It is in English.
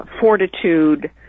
fortitude